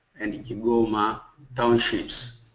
and and kigoma townships.